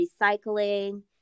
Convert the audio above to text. recycling